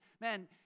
man